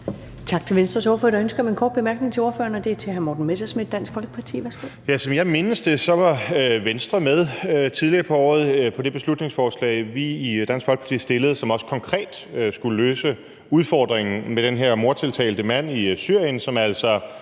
Tak til Venstres ordfører. Der er ønske om en kort bemærkning til ordføreren, og det er fra hr. Morten Messerschmidt, Dansk Folkeparti. Værsgo. Kl. 13:42 Morten Messerschmidt (DF): Som jeg mindes det, var Venstre tidligere på året med på det beslutningsforslag, vi i Dansk Folkeparti stillede, og som også konkret skulle løse udfordringen med den her mordtiltalte mand i Syrien, som